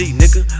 nigga